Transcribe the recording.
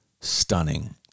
stunning